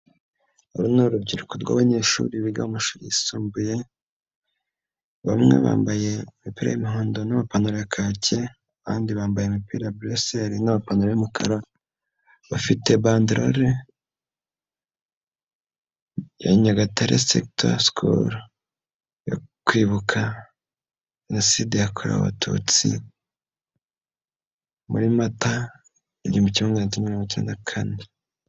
Uru ni urubyiruko rw'abanyeshuri biga amashuri yisumbuye, bamwe bambaye imipira y'umuhondo n'amapantalo ya kake, abandi bambaye imipira burusiyeri n'amapantalo y'umukara, bafite bandarole ya nyagatare sekendari sikuru, bafite bandarore yo kwibuka jenoside yakorewe abatutsi muri mata mu gihumbi kimwe maganacyenda mirongo cyenda na kane.